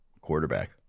quarterback